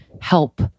help